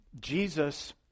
Jesus